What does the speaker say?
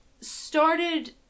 started